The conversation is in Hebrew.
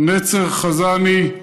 נצר חזני,